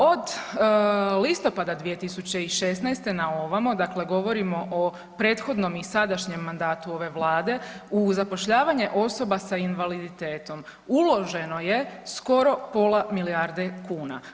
Od listopada 2016. na ovamo, dakle govorimo o prethodnom i sadašnjem mandatu ove Vlade u zapošljavanje osoba sa invaliditetom uloženo je skoro pola milijarde kuna.